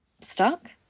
stuck